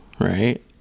right